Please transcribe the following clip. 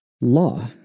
Law